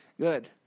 Good